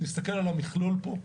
להסתכל על המכלול פה.